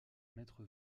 maître